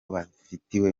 bafatiwe